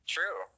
True